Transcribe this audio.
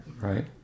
right